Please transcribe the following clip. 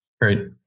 Great